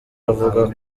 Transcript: avuga